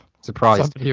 Surprised